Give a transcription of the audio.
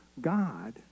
God